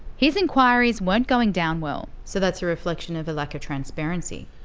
his inquiries weren't going down well. so that's a reflection of a lack of transparency?